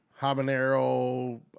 habanero